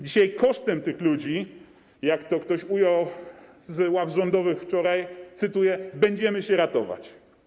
Dzisiaj kosztem tych ludzi, jak to ktoś ujął z ław rządowych wczoraj, cytuję: będziemy się ratować.